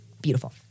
beautiful